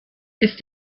ist